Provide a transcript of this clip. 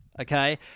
okay